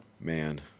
Man